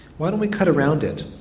why don't we cut around it?